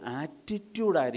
attitude